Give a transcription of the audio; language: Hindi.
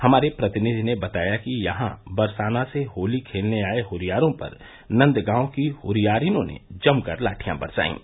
हमारे प्रतिनिधि ने बताया कि यहां बरसाना से होली खेलने आए हुरियारों पर नंदगांव की हुरियारिनों ने जमकर लाठियां बरसाईं